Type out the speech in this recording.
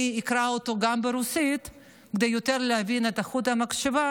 אני אקרא אותו גם ברוסית כדי להבין יותר את חוט המחשבה.